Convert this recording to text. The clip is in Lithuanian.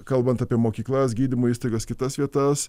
kalbant apie mokyklas gydymo įstaigas kitas vietas